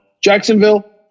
Jacksonville